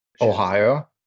Ohio